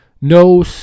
No